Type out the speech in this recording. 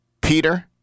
Peter